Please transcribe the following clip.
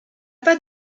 pas